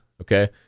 okay